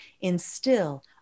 instill